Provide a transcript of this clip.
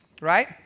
right